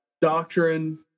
doctrine